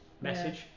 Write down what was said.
message